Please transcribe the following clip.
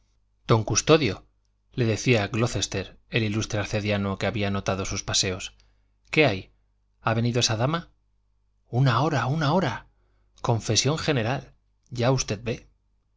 mismo don custodio le decía glocester el ilustre arcediano que había notado sus paseos qué hay ha venido esa dama una hora una hora confesión general ya usted ve